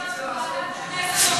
מישהו צריך להיות בוועדת הכנסת או,